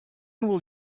will